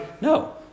No